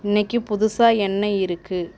இன்றைக்கு புதுசாக என்ன இருக்கு